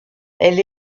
elle